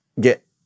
get